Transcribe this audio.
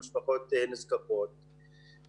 מינימום שירות של אשפה והכול.